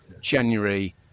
january